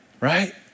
right